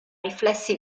riflessi